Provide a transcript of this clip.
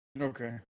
okay